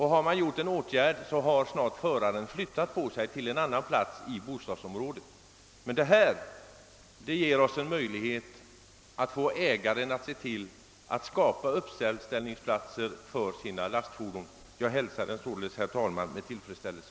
Har man vidtagit en åtgärd, har föraren snart flyttat bilen till en annan plats i bostadsområdet. Men detta förslag ger oss en möjlighet att få ägaren att se till att han har uppställningsplatser för sina lastfordon. Jag hälsar det således, herr talman, med tillfredsställelse.